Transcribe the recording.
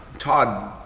todd,